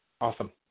Awesome